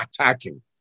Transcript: attacking